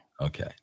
Okay